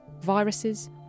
viruses